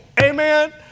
Amen